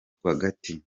rwagati